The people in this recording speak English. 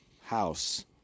house